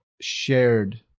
shared